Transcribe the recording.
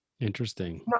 Interesting